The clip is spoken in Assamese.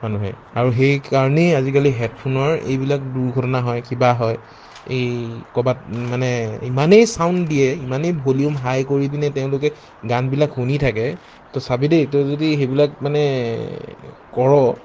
মানুহে আৰু সেইকাৰণেই আজিকালি হেডফোনৰ এইবিলাক দুৰ্ঘটনা হয় কিবা হয় এই ক'ৰবাত মানে ইমানেই ছাউণ্ড দিয়ে ইমানেই ভলিউম হাই কৰিপেনে তেওঁলোকে গানবিলাক শুনি থাকে তই চাবি দেই তই যদি সেইবিলাক মানে কৰ'